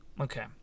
Okay